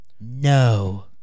no